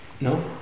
No